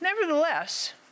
Nevertheless